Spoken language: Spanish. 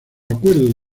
acuerdo